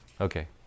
Okay